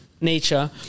nature